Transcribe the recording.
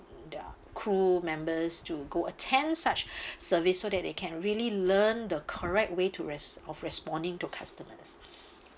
their crew members to go attend such service so that they can really learn the correct way to res~ of responding to customers